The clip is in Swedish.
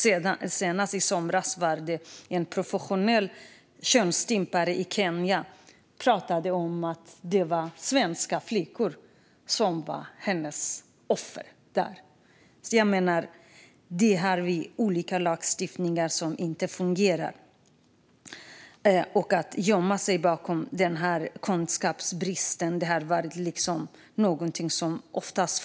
Men senast i somras talade en professionell könsstympare i Kenya om att svenska flickor var hennes offer där. Vi har alltså olika lagstiftningar som inte fungerar. Det har ofta förekommit att man gömt sig bakom kunskapsbrist.